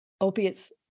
Opiates